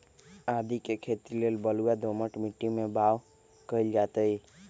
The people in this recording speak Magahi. आदीके खेती लेल बलूआ दोमट माटी में बाओ कएल जाइत हई